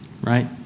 right